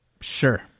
Sure